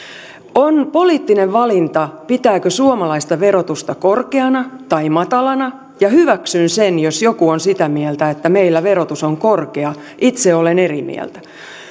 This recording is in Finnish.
on poliittinen valinta pitääkö suomalaista verotusta korkeana vai matalana ja hyväksyn sen jos joku on sitä mieltä että meillä verotus on korkea itse olen eri mieltä